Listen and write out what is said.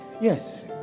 yes